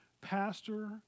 pastor